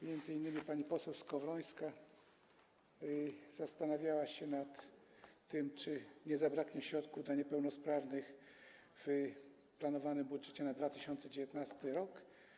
Między innymi pani poseł Skowrońska zastanawiała się nad tym, czy nie zabraknie środków dla niepełnosprawnych w planowanym budżecie na 2019 r.